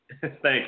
Thanks